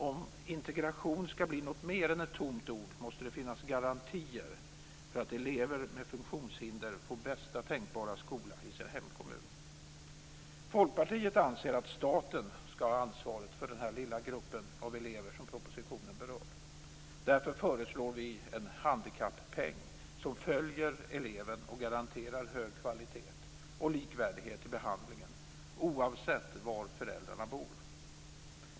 Om integration ska bli något mer än ett tomt ord, måste det finnas garantier för att elever med funktionshinder får bästa tänkbara skola i sin hemkommun. Folkpartiet anser att staten ska ha ansvaret för denna lilla grupp av elever som propositionen berör. Därför föreslår vi en handikappeng som följer eleven och garanterar hög kvalitet och likvärdighet i behandlingen, oavsett var föräldrarna bor.